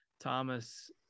Thomas